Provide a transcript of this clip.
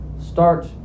start